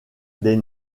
des